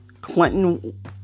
Clinton